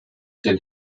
denn